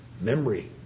Memory